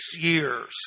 years